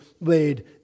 laid